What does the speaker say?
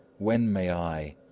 when may i,